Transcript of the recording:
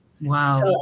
Wow